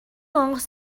онгоц